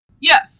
Yes